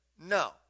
no